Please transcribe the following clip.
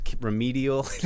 remedial